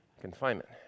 confinement